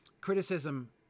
Criticism